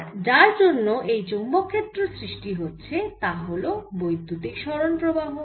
আর যার জন্য এই চৌম্বক ক্ষেত্র সৃষ্টি হচ্ছে তা হল বৈদ্যুতিক সরণ প্রবাহ